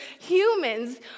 humans